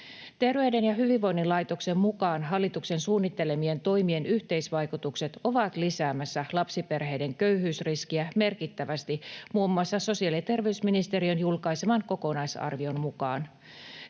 Terveyden ja hyvinvoinnin laitoksen mukaan hallituksen suunnittelemien toimien yhteisvaikutukset ovat lisäämässä lapsiperheiden köyhyysriskiä merkittävästi muun muassa sosiaali- ja terveysministeriön julkaiseman kokonaisarvion mukaan.